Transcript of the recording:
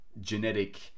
genetic